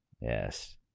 Yes